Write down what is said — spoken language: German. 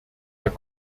der